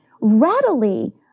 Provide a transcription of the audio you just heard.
readily